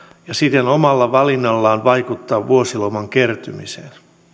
ja siten omalla valinnallaan vaikuttaa vuosiloman kertymiseen